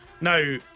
Now